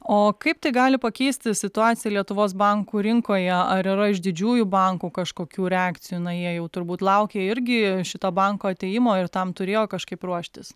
o kaip tai gali pakeisti situaciją lietuvos bankų rinkoje ar yra iš didžiųjų bankų kažkokių reakcijų na jie jau turbūt laukė irgi šito banko atėjimo ir tam turėjo kažkaip ruoštis